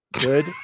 good